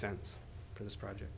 sense for this project